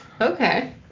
okay